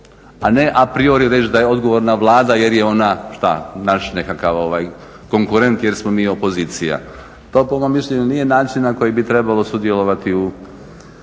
a ne a priori reći da je odgovorna Vlada jer je ona naš nekakav konkurent jer smo mi opozicija. To po mom mišljenju nije način na koji bi trebalo sudjelovati u